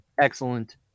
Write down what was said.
excellent